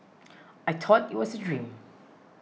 I thought it was a dream